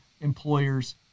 employers